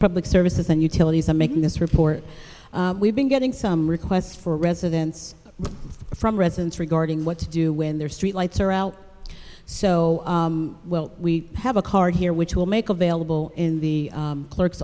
public services and utilities are making this report we've been getting some requests for residents from residents regarding what to do when their street lights are out so well we have a card here which will make available in the clerk